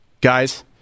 Guys